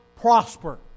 prosper